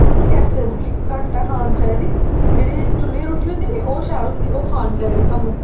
सानू गैसे दा रुट्टी घट्ट गै खानी चाहिदी ते जेह्ड़ी चुल्ली दी रुट्टी होंदी नी ओह् शैल होंदी ओह् खानी चाहिदी सानू